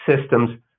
systems